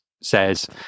says